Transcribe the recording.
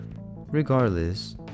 Regardless